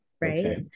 right